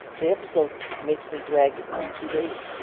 the episode makes me drag at least two days.